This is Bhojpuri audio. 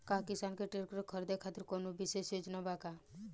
का किसान के ट्रैक्टर खरीदें खातिर कउनों विशेष योजना बा?